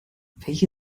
welche